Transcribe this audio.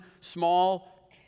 small